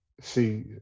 see